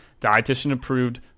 dietitian-approved